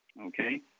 Okay